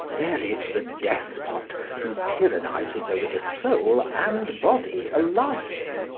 there is the despot who tyrannises over the soul and body alike.